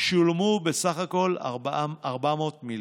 שולמו בסך הכול 400 מיליון,